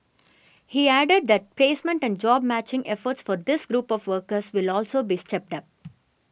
he added that placement and job matching efforts for this group of workers will also be stepped up